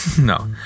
no